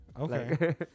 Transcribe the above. Okay